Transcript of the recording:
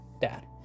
dad